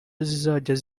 rizajya